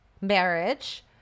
marriage